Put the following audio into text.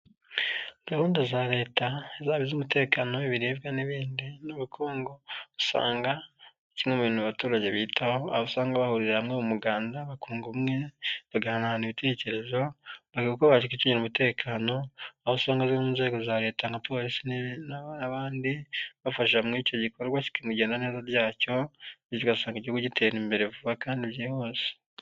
Gahunda za leta zaba izo umutekano w'ibiribwa n'ibindi n'ubukungu, usanga kimwe mu bintu abaturagetaho usanga bahurira hamwe mu umuganda baku umwe bagahana ibitekerezo bavugako bakicungira umutekano aho usanga zimwe mu nzego za leta nka polisi nibi naba abandi bafasha mu icyo gikorwa kigenda neza ryacyo bigasanga igihugu gitera imbere vuba kandi byihuse.